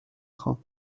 خوام